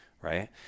right